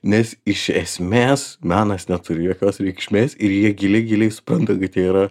nes iš esmės menas neturi jokios reikšmės ir jie giliai giliai supranta kad jie yra